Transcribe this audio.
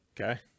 Okay